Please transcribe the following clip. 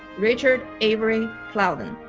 richard avery plowden.